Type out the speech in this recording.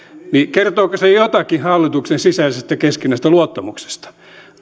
kertooko se jotakin hallituksen sisäisestä ja keskinäisestä luottamuksesta